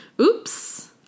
Oops